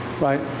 right